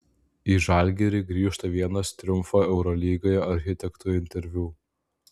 į žalgirį grįžta vienas triumfo eurolygoje architektų interviu